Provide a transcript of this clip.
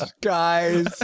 guys